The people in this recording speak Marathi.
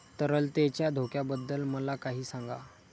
तरलतेच्या धोक्याबद्दल मला काही सांगा